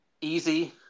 easy